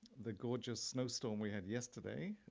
the gorgeous snowstorm we had yesterday,